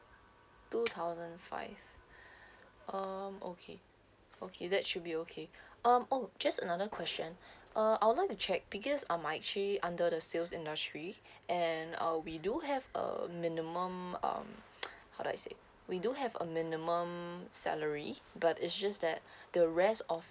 two thousand five um okay okay that should be okay um orh just another question uh I would like to check because um I'm actually under the sales industry and uh we do have a minimum um how do I say we do have a minimum salary but it's just that the rest of